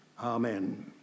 Amen